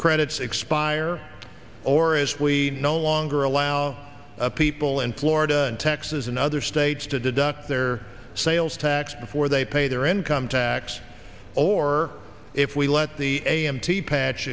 credits expire or as we no longer allow people in florida texas and other states to deduct their sales tax before they pay their income tax or if we let the a m t patch